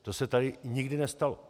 To se tady nikdy nestalo.